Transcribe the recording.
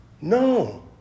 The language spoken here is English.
No